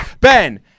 Ben